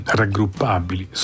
raggruppabili